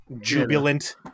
jubilant